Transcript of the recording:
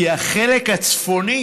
כי החלק הצפוני